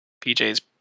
pj's